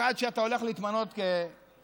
חשבתי שהוא מדבר עכשיו שלוש שעות.